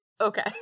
Okay